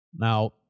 Now